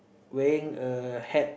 wearing a hat